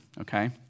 okay